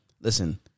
listen